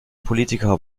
politiker